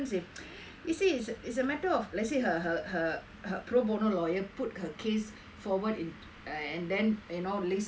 you see it's it's a matter of let's say her her her her pro bono lawyer put her case forward in and then you know list out